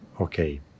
okay